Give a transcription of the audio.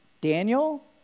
Daniel